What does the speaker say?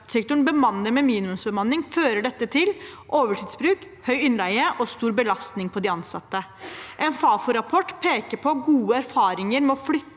omsorgssektoren bemanner med minimumsbemanning, fører dette til overtidsbruk, høy grad av innleie og stor belastning på de ansatte. En Fafo-rapport peker på gode erfaringer med å flytte